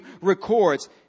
records